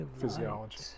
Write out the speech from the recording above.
physiology